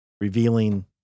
Revealing